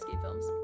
films